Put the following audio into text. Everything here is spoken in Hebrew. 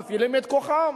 הם מפעילים את כוחם,